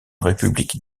république